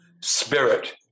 spirit